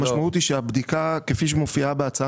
המשמעות היא שהבדיקה כפי שמופיעה בהצעה